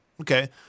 Okay